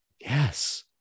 Yes